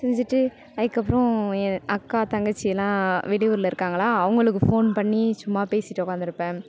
செஞ்சுட்டு அதுக்கப்புறம் என் அக்கா தங்கச்சி எல்லாம் வெளியூரில் இருக்காங்களா அவங்களுக்கு ஃபோன் பண்ணி சும்மா பேசிகிட்டு உட்காந்துருப்பேன்